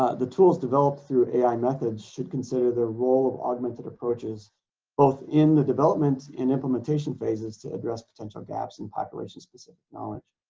ah the tools developed through ai methods should consider their role of augmented approaches both in the development and implementation phases to address potential gaps in population specific knowledge.